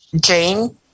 Jane